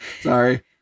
Sorry